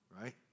right